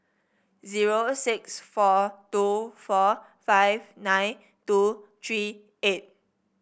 zero six four two four five nine two three eight